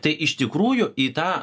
tai iš tikrųjų į tą